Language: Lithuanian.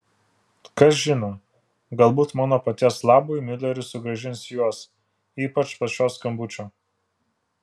kas žino galbūt mano paties labui miuleris sugrąžins juos ypač po šio skambučio